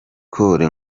cole